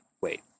wait